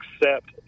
accept